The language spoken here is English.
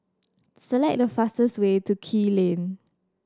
select the fastest way to Kew Lane